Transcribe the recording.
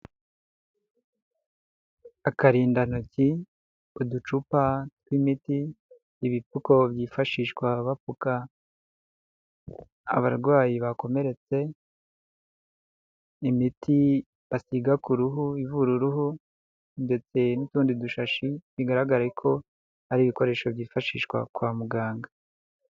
Akarindantoki, uducupa tw'imiti, ibipfuko byifashishwa bapfuka abarwayi bakomeretse, imiti basiga ku ruhu ivura uruhu ndetse n'utundi dushashi bigaragare ko ari ibikoresho byifashishwa kwa muganga.